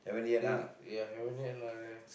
till ya haven't yet lah annan